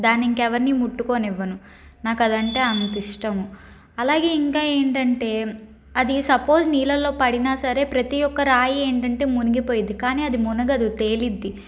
దాన్ని ఇంకెవరినీ ముట్టుకోనివ్వను నాకు అదంటే అంత ఇష్టము అలాగే ఇంకా ఏంటంటే అది సపోజ్ నీళల్లో పడినా సరే ప్రతీ ఒక్క రాయి ఏంటంటే మునిగిపోయిద్ది కాని అది మునగదు తేలిద్ది